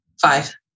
Five